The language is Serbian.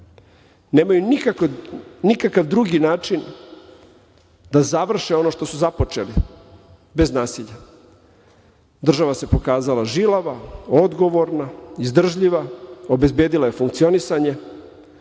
nemaju nikakav drugi način da završe ono što su započeli bez nasilja. Država se pokazala žilava, odgovorna, izdržljiva, obezbedila je funkcionisanje,